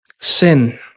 sin